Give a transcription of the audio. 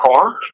car